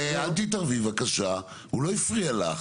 אל תתערבי בבקשה, הוא לא הפריע לך.